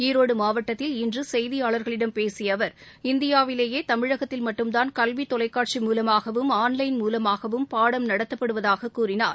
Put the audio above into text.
ஈரோடு மாவட்டத்தில் இன்று செய்தியாளர்களிடம் பேசிய அவர் இந்தியாவிலேயே தமிழகத்தில் மட்டும்தான் கல்வி தொலைக்காட்சி மூலமாகவும் ஆன்லைன் மூலமாகவும் பாடம் நடத்தப்படுவதாக கூறினார்